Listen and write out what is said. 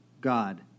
God